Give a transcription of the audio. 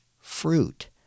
fruit